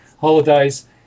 holidays